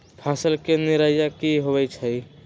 फसल के निराया की होइ छई?